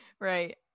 Right